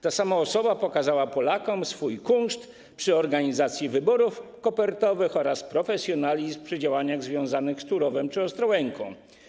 Ta sama osoba pokazała Polakom swój kunszt przy organizacji wyborów kopertowych oraz profesjonalizm przy działaniach związanych z Turowem czy Ostrołęką.